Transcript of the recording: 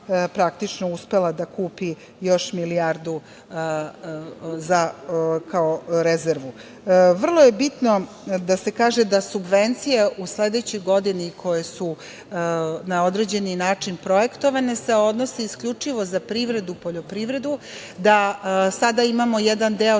praktično uspela da kupi još milijardu kao rezervu. Vrlo je bitno da se kaže da subvencije u sledećoj godini koje su na određeni način projektovane se odnose isključivo za privredu i poljoprivredu, da sada imamo jedan deo